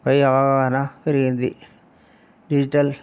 పై అవగాహన పెరిగింది డిజిటల్